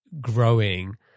growing